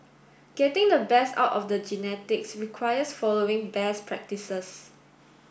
getting the best out of the genetics requires following best practices